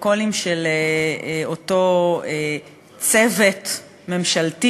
אותו שימוע ציבורי